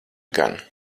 gan